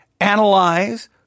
analyze